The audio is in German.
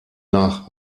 nach